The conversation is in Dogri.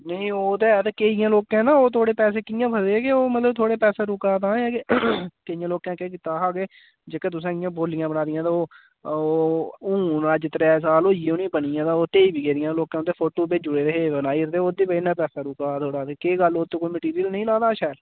नेईं ओह् ते ऐ ते केइयें लोकें ना ओह् थुआड़े पैसे कि'यां फसे के ओह् मतलब थुआड़ा पैसा रुका तां ऐ के केइयें लोकें केह् कीता हा के जेह्का तुसें इ'यां बौलियां बनाई दियां न ओह् हून अज्ज त्रैऽ साल होई गे उ'नें ई बनी दियां ओह् हून ढेही बी गेदियां न लोकें उं'दे फोटू भेजी ओड़दे हे बनाइयै ते ओह्दी बजह नै पैसा रुके दा ते केह् गल्ल उत्त कोई मीटिरयल नेईं लाएदा हा शैल